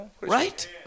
Right